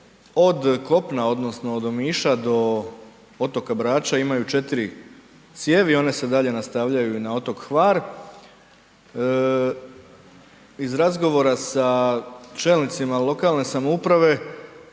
od kopna odnosno od Omiša do otoka Brača imajući 4 cijevi, one se dalje nastavljaju i na otok Hvar. Iz razgovora sa čelnicima lokalne samouprave,